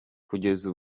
kugeza